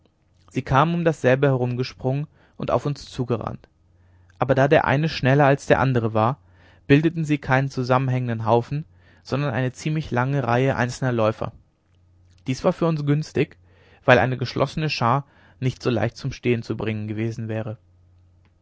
sie kamen um dasselbe herumgesprungen und auf uns zugerannt da aber der eine schneller als der andere war bildeten sie keinen zusammenhängenden haufen sondern eine ziemlich lange reihe einzelner läufer dies war für uns günstig weil eine geschlossene schar nicht so leicht zum stehen zu bringen gewesen wäre